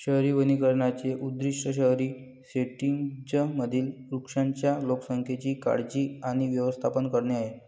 शहरी वनीकरणाचे उद्दीष्ट शहरी सेटिंग्जमधील वृक्षांच्या लोकसंख्येची काळजी आणि व्यवस्थापन करणे आहे